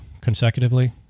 consecutively